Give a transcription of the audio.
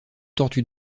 tortue